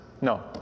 No